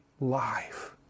life